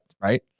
Right